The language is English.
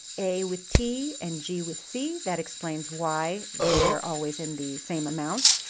a with t and g with c. that explains why they are always in the same amounts.